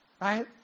Right